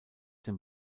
den